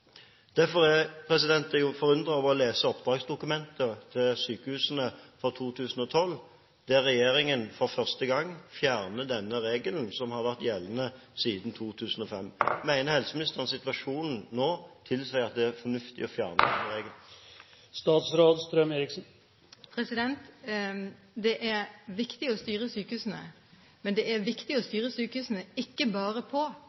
Derfor er jeg forundret over å lese oppdragsdokumentet til sykehusene for 2012, der regjeringen for første gang fjerner denne regelen, som har vært gjeldende siden 2005. Mener helseministeren at situasjonen nå tilsier at det er fornuftig å fjerne denne regelen? Det er viktig å styre sykehusene, men det er viktig å styre sykehusene ikke bare